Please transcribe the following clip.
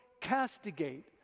castigate